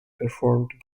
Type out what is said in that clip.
performed